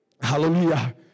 Hallelujah